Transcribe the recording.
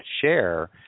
share